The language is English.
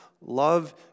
love